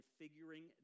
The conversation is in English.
figuring